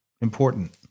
important